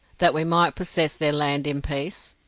that we might possess their land in peace?